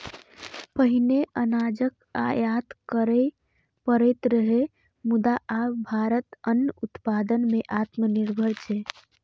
पहिने अनाजक आयात करय पड़ैत रहै, मुदा आब भारत अन्न उत्पादन मे आत्मनिर्भर छै